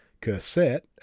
cassette